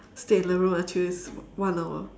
stay in the room until it's one hour